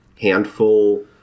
handful